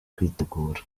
kwitegura